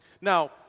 Now